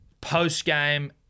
post-game